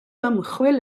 ymchwil